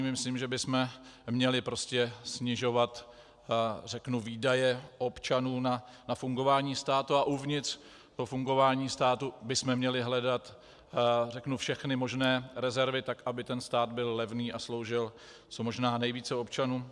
Myslím, že bychom měli prostě snižovat, řeknu, výdaje občanů na fungování státu a uvnitř fungování státu bychom měli hledat všechny možné rezervy tak, aby ten stát byl levný a sloužil co možná nejvíce občanům.